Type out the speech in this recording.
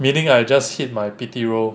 meaning I just hit my pity roll